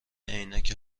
عینک